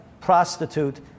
prostitute